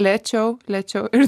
lėčiau lėčiau ir